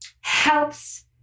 helps